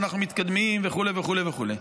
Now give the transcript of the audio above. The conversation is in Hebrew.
אנחנו מתקדמים וכו' וכו'.